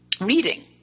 reading